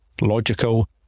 logical